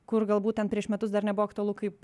kur galbūt ten prieš metus dar nebuvo aktualu kaip